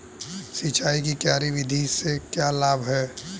सिंचाई की क्यारी विधि के लाभ क्या हैं?